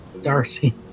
Darcy